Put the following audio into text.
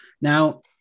Now